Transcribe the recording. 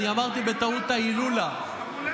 אמרתי בטעות שזו ההילולה.